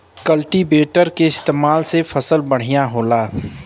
cultivator के इस्तेमाल से फसल बढ़िया होला